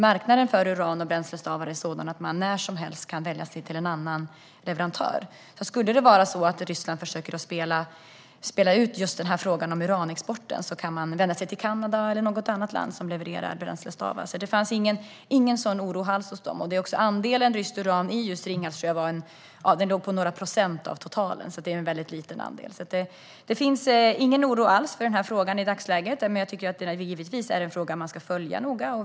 Marknaden för uran och bränslestavar är sådan att man när som helst kan vända sig till en annan leverantör, så skulle Ryssland försöka spela ut frågan om uranexporten kan man vända sig till Kanada eller något annat land som levererar bränslestavar. Det fanns alltså ingen sådan oro alls hos Ringhals. Andelen ryskt uran i just Ringhals tror jag ligger på några procent av totalen, så det är en väldigt liten andel. Det finns alltså ingen oro alls för den här frågan i dagsläget, men givetvis är det en fråga man ska följa noga.